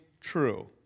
true